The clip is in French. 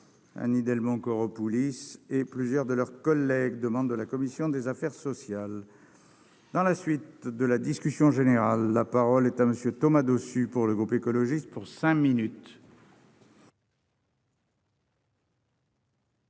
un ni Delmont Koropoulis et plusieurs de leurs collègues, demande de la commission des affaires sociales dans la suite de la discussion générale, la parole est à monsieur Thomas dessus pour le groupe écologiste pour 5 minutes.